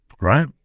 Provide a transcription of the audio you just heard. right